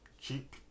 cheap